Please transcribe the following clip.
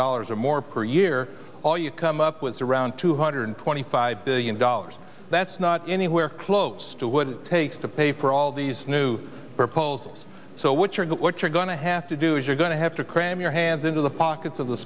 dollars or more per year all you come up with around two hundred twenty five billion dollars that's not anywhere close to what it takes to pay for all these new proposals so what you're what you're going to have to do is you're going to have to cram your hands into the pockets of the